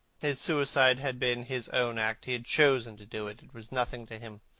his suicide had been his own act. he had chosen to do it. it was nothing to him.